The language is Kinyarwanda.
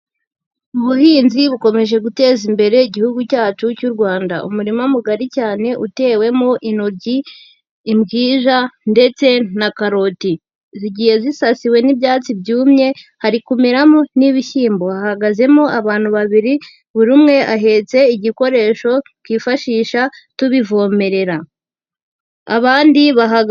Ubuhinzi bukomeje guteza imbere igihugu cyacu cy'u Rwanda. Umurima mugari cyane utewemo intoryi, imbwija ndetse na karoti. Zigiye zisasiwe n'ibyatsi byumye, hari kumeramo n'ibishyimbo. Hahagazemo abantu babiri, buri umwe ahetse igikoresho twifashisha tubivomerera. Abandi bahaga...